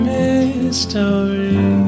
mystery